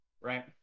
right